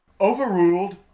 Overruled